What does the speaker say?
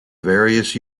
various